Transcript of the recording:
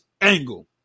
Angle